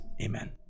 Amen